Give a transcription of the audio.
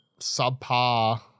subpar